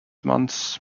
months